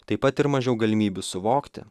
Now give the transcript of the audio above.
taip pat ir mažiau galimybių suvokti